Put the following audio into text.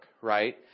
right